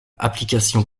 application